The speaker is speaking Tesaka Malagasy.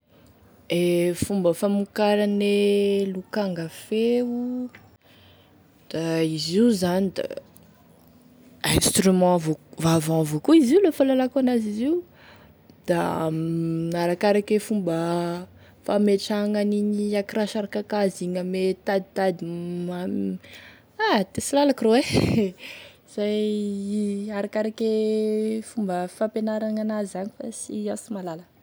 E fomba famokarane lokanga feo, da izy io zany da izy io zany da instruments à vent avao koa e fahalalako an'azy io da arakarake fomba fametrahagny e akoraha sary kakazo igny ame tady igny fa ha da sy lalako rô ein, izay e arakarake fomba fampianaragny an'azy agny fa sy iaho sy mahalala.